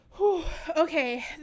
Okay